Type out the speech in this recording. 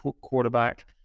quarterback